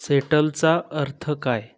सेटलचा अर्थ काय